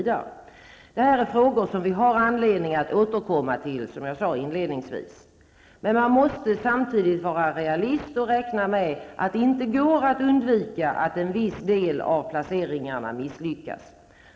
Det här är frågor som vi har anledning att återkomma till, som jag sade inledningsvis, men man måste samtidigt vara realist och räkna med att det inte går att undvika att en viss del av placeringarna misslyckas.